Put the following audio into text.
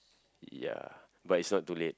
ya but it's not too late